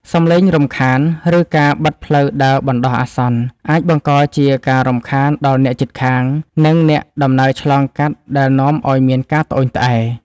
សំឡេងរំខាន ឬការបិទផ្លូវដើរបណ្ដោះអាសន្ន អាចបង្កជាការរំខានដល់អ្នកជិតខាង និងអ្នកដំណើរឆ្លងកាត់ដែលនាំឱ្យមានការត្អូញត្អែរ។